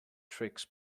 tricks